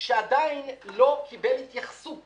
שעדיין לא קיבל התייחסות